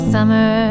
Summer